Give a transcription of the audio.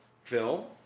Phil